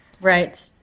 right